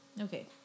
Okay